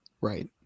Right